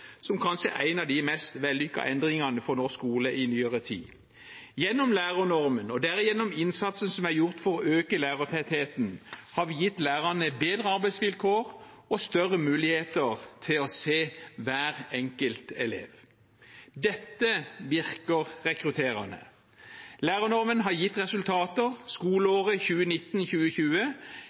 som kanskje er en av de mest vellykkede endringene for norsk skole i nyere tid. Gjennom lærernormen, og derigjennom innsatsen som er gjort for å øke lærertettheten, har vi gitt lærerne bedre arbeidsvilkår og større muligheter til å se hver enkelt elev. Dette virker rekrutterende. Lærernormen har gitt resultater. I skoleåret